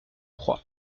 croix